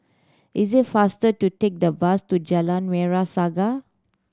is it faster to take the bus to Jalan Merah Saga